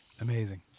amazing